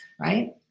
right